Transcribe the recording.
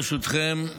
ברשותכם,